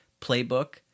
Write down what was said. playbook